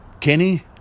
Kenny